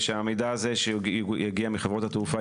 שהמידע הזה שיגיע מחברות התעופה,